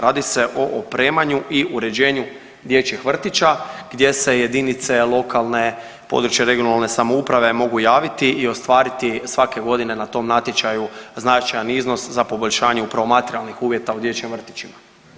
Radi se o opremanju i uređenju dječjih vrtića gdje se jedinice lokalne i područne (regionalne) samouprave mogu javiti i ostvariti svake godine na tom natječaju značajan iznos za poboljšanje upravo materijalnih uvjeta u dječjim vrtićima.